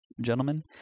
gentlemen